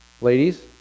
ladies